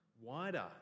wider